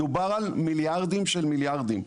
מדובר על מיליארדים של מיליארדים.